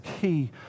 key